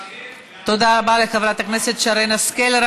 צריך, תודה רבה לחברת הכנסת שרן השכל.